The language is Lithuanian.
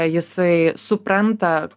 jisai supranta